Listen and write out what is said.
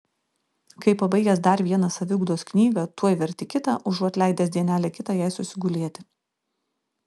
kai pabaigęs dar vieną saviugdos knygą tuoj verti kitą užuot leidęs dienelę kitą jai susigulėti